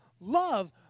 Love